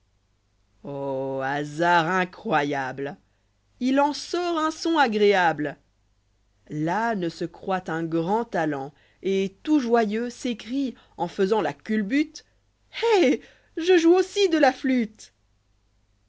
hasard incroyable i il en sort un son agréable l'âne se croit un grand talent et tout joyeux s'écrie en faisant la culbute s eh je joue aussi de la flûte